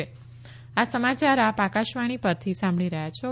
corona appeal આ સમાચાર આપ આકાશવાણી પરથી સાંભળી રહ્યા છો